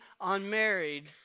unmarried